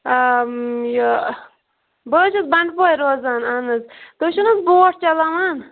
آ یہِ بہٕ حظ چھَس بَنڈپورٕ روزان اہن حظ تُہۍ چھِو نہ حظ بوٹ چَلاوان